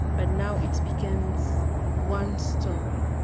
but now it becomes one story.